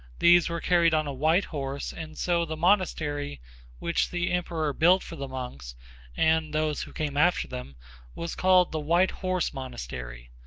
these were carried on a white horse and so the monastery which the emperor built for the monks and those who came after them was called the white horse monastery.